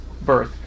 birth